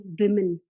women